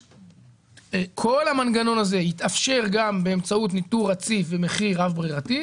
כל המנגנון הזה יתאפשר גם באמצעות ניטור רציף ומחיר רב-ממדי,